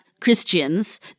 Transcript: christians